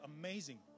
amazing